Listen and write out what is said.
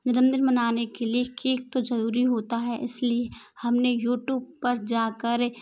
जन्मदिन मनाने के लिए केक तो ज़रूरी होता है इस लिए हम ने यूट्यूब पर जा कर